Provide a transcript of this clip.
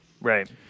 right